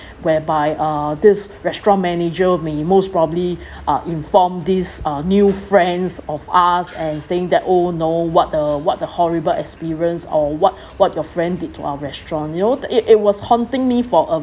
whereby uh this restaurant manager may most probably uh inform this uh new friends of ours and saying that oh no what a what a horrible experience or what what your friend did to our restaurant you know it it was haunting me for a